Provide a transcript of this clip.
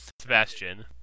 Sebastian